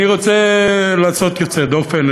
אני רוצה לעשות יוצא דופן,